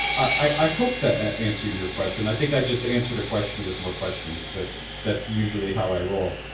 i hope that answered your question. i think i just answered a question with more questions. but that's usually how i roll.